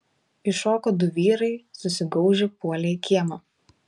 iššoko du vyrai susigaužę puolė į kiemą